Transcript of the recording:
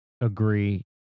Agree